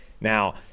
Now